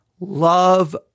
Love